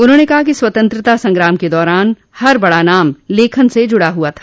उन्होंने कहा कि स्वतंत्रता संग्राम के दौरान हर बड़ा नाम लेखन से जुड़ा हुआ था